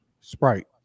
Sprite